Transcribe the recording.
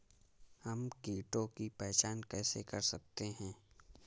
हम कीटों की पहचान कैसे कर सकते हैं?